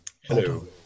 Hello